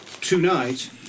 tonight